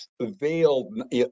veiled